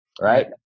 right